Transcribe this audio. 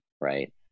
right